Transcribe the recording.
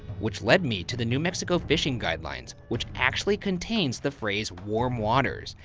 which led me to the new mexico fishing guidelines which actually contains the phrase warm waters,